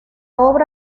obra